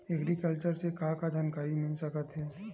Agriculture से का का जानकारी मिल सकत हे?